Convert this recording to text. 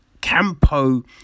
Campo